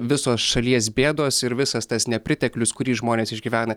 visos šalies bėdos ir visas tas nepriteklius kurį žmonės išgyvena